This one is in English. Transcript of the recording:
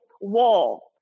wall